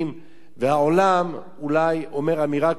והעולם אולי אומר אמירה כזאת או אחרת,